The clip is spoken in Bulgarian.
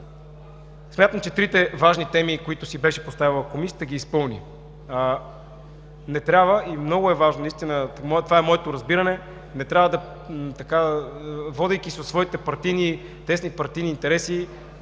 Смятам, че трите важни теми, които си беше поставила Комисията, ги изпълни. Много е важно, това е моето разбиране – не трябва, водейки се от своите тесни партийни интереси,